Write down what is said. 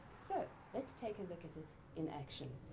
so let's take a look at it in action.